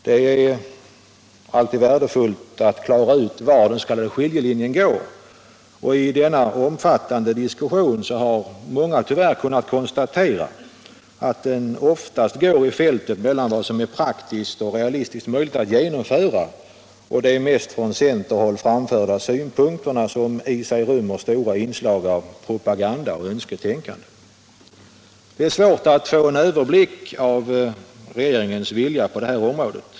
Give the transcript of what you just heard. Det är alltid värdefullt att klara ut var skiljelinjen går, och i denna omfattande diskussion har många tyvärr kunnat konstatera att den oftast går i fältet mellan vad som är praktiskt och realistiskt möjligt att genomföra och de från centerhåll framförda synpunkterna som i sig mest rymmer stora inslag av propaganda och önsketänkande. Det är svårt att få en överblick över regeringens vilja på det här området.